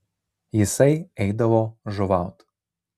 jisai eidavo žuvaut